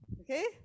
okay